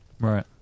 Right